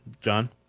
John